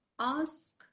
ask